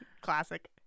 Classic